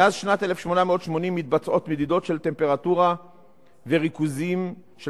מאז שנת 1880 מתבצעות מדידות של טמפרטורה וריכוזים של